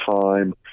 time